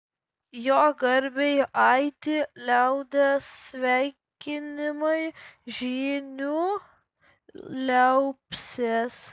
jo garbei aidi liaudies sveikinimai žynių liaupsės